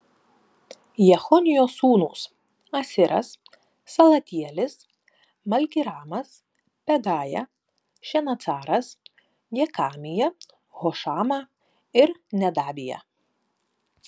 jechonijo sūnūs asiras salatielis malkiramas pedaja šenacaras jekamija hošama ir nedabija